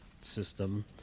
system